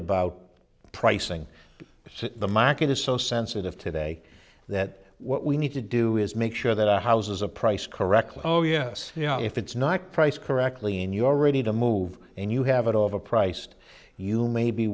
about pricing so the market is so sensitive today that what we need to do is make sure that our house is a price correctly oh yes you know if it's not priced correctly in your ready to move and you have it all of a priced you may be